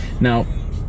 now